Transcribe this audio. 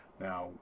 now